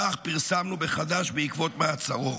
כך פרסמנו בחד"ש בעקבות מעצרו.